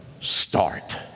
start